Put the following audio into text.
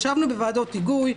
ישבנו בוועדות היגוי,